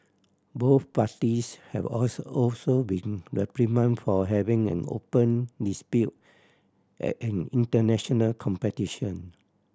both parties have also also been reprimanded for having an open dispute at an international competition